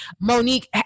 Monique